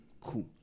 cool